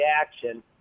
action